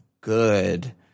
good